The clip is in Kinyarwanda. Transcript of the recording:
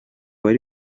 wari